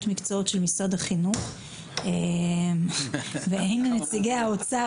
מקצועית של משרד החינוך ואין לנציגי האוצר,